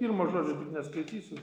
pirmo žodžio tik neskaitysiu